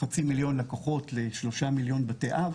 חצי מיליון לקוחות לשלושה מיליון משקי אב